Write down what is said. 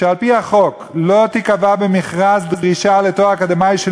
שעל-פי החוק לא תיקבע במכרז דרישה לתואר אקדמי של